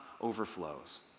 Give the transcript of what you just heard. overflows